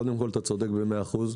קודם כל, אתה צודק במאה אחוז,